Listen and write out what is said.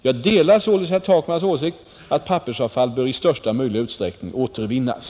Jag delar således herr Takmans åsikt att pappersavfall bör i största möjliga utsträckning återvinnas.